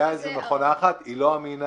הייתה מכונה אחת היא לא אמינה.